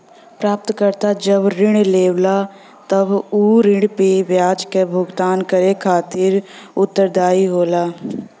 प्राप्तकर्ता जब ऋण लेवला तब उ ऋण पे ब्याज क भुगतान करे खातिर उत्तरदायी होला